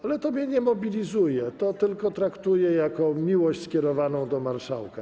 Ale to mnie nie mobilizuje, to tylko traktuję jako miłość skierowaną do marszałka.